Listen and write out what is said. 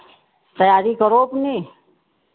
तैयारी करो अपनी